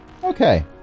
Okay